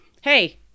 hey